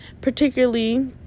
particularly